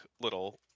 little